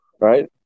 Right